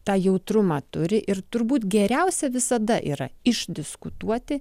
tą jautrumą turi ir turbūt geriausia visada yra išdiskutuoti